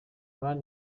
van